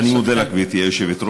אני מודה לך, גברתי היושבת-ראש.